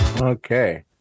Okay